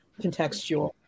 contextual